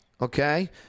Okay